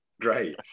Great